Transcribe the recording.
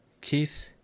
Keith